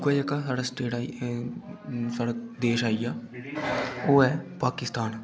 दूआ जेह्का साढ़ा स्टेट आई साढ़ा देश आइया ओह् ऐ पाकिस्तान